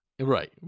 right